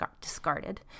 discarded